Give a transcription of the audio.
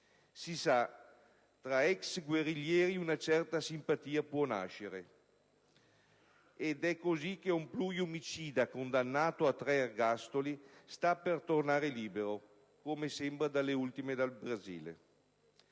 Si sa, tra ex guerriglieri una certa simpatia può nascere, ed è così che un pluriomicida condannato a tre ergastoli sta per tornare libero, come sembrerebbe in base alle